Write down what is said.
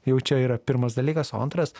jau čia yra pirmas dalykas o antras